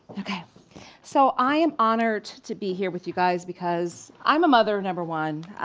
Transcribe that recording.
so i am honored to be here with you guys because i'm a mother, number one,